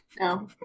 No